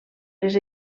les